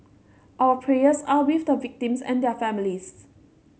our prayers are with the victims and their families